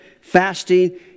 fasting